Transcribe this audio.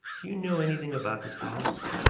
do you know anything about this house?